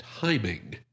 timing